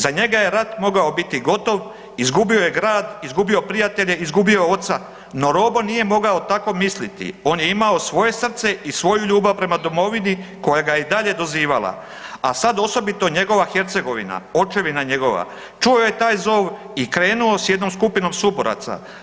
Za njega je rat mogao biti gotov, izgubio je grad, izgubio je prijatelje, izgubio je oca, no Robo nije mogao tako misliti, on je imao svoje srce i svoju ljubav prema domovini koja ga je i dalje dozivala, a sad osobito njegova Hercegovina, očevina njegova, čuo je taj zov i krenuo s jednom skupinom suboraca.